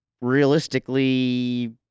Realistically